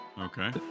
okay